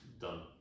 done